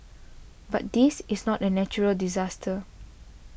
but this is not a natural disaster